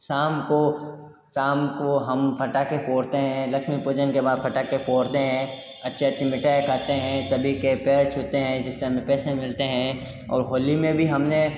शाम को शाम को हम फटाखे फोड़ते हैं लक्ष्मी पूजन के बाद फटाखे फोड़ते हैं अच्छे अच्छे मिठाई खाते हैं सभी के पैर छूते हैं जिससे हमें पैसे मिलते हैं और होली में भी हमने